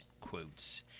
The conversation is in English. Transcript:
quotes